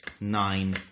nine